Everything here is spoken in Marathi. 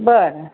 बरं